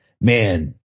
man